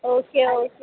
okay okay